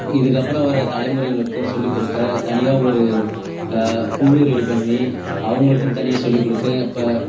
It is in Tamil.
இதுக்கப்புறம் வர தலைமுறைகளுக்கும் சொல்லிக்கொடுக்க தனியாக ஒரு குழு ரெடி பண்ணி அவங்களுக்குன்னு தனியாக சொல்லிக்கொடுக்க இப்போ